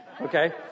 Okay